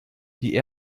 die